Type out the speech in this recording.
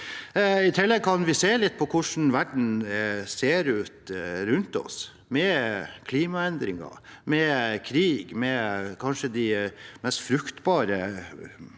I tillegg kan vi se litt på hvordan verden ser ut rundt oss, med klimaendringer og krig. Den kanskje mest fruktbare